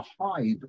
hide